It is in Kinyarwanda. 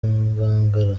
nkangara